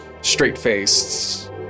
straight-faced